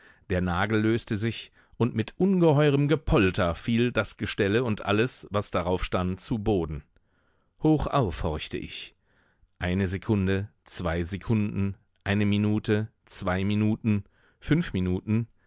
der nagel löste sich und mit ungeheurem gepolter fiel das gestelle und alles was darauf stand zu boden hochauf horchte ich eine sekunde zwei sekunden eine minute zwei minuten fünf minuten